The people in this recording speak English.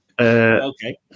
Okay